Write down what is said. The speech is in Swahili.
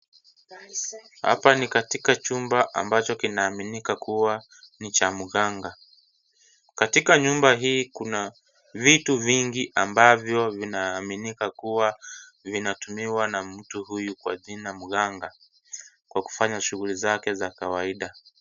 Hapa ni katika chumba ambacho kinaaminika kuwa ni cha mganga. Katika nyumba hii, kuna vitu vingi ambavyo vinaaminika kuwa, vinatumiwa na mtu huyu kwa jina mganga kwa kufanya shughuli zake za kawaida.